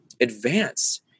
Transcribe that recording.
advanced